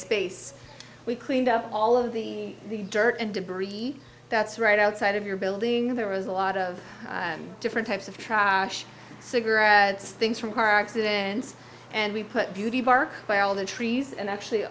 space we cleaned up all of the the dirt and debris that's right outside of your building there was a lot of different types of cigarette stings from car accidents and we put beauty bark by all the trees and actually